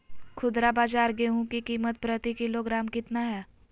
खुदरा बाजार गेंहू की कीमत प्रति किलोग्राम कितना है?